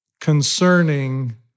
concerning